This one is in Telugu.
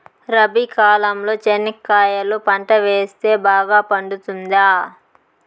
రబి కాలంలో చెనక్కాయలు పంట వేస్తే బాగా పండుతుందా?